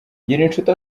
ngirinshuti